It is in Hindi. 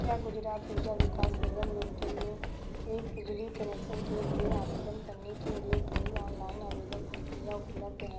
क्या गुजरात ऊर्जा विकास निगम लिमिटेड में एक बिजली कनेक्शन के लिए आवेदन करने के लिए कोई ऑनलाइन आवेदन प्रक्रिया उपलब्ध है